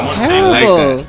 terrible